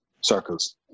circles